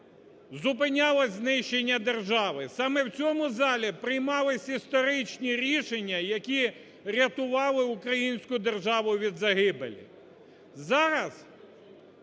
зупинялось знищення держави, саме в цьому залі приймались історичні рішення, які рятували українську державу від загибелі. Зараз